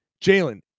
jalen